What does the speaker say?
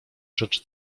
rzecz